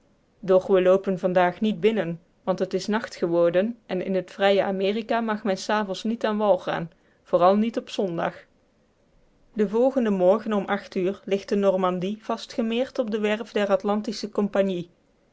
doch we loopen vandaag niet binnen want het is nacht geworden en in het vrije amerika mag men s avonds niet aan wal gaan vooral niet op zondag den volgenden morgen om acht uur ligt de normandie vastgemeerd op de werf der trans atlantische compagnie